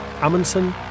Amundsen